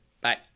Bye